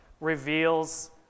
reveals